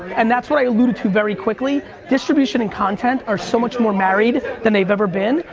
and that's what i alluded to very quickly, distribution and content are so much more married than they've ever been,